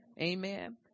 Amen